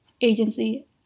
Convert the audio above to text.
agency